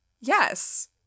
Yes